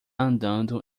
andando